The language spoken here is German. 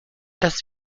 das